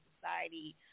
Society